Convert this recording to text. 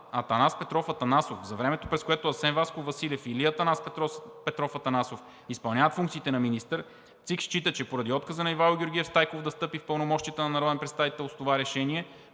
Атанас Петров Атанасов за времето, през което Асен Васков Василев или Атанас Петров Атанасов изпълняват функциите на министър, ЦИК счита, че поради отказа на Ивайло Георгиев Стайков да встъпи в пълномощията на народен